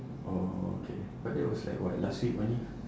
oh okay but that was like what last week only